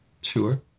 Sure